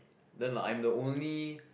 then like I'm the only